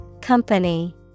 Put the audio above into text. Company